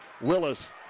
Willis